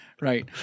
right